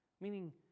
meaning